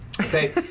Okay